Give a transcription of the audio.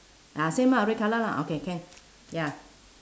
ah same lah red colour lah okay can ya